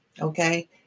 Okay